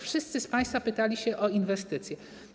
Wszyscy z państwa pytali o inwestycje.